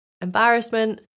embarrassment